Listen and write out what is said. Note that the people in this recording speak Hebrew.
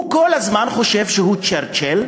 הוא כל הזמן חושב שהוא צ'רצי'ל,